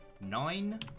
Nine